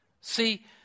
See